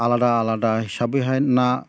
आलादा आलादा हिसाबैहाय ना